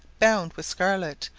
bound with scarlet,